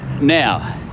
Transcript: Now